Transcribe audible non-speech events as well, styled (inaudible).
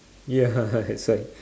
ya (laughs) that's why